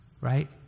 right